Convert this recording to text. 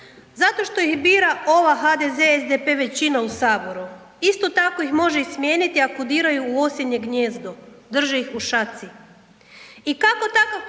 Zato što ih bira ova HDZ-SDP većina u Saboru, isto tako ih može smijeniti ako diraju u osinje gnijezdo, drži ih u šaci. I kako takav politički